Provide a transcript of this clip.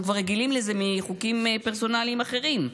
אנחנו כבר רגילים לזה מחוקים פרסונליים אחרים.